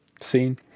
seen